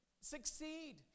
succeed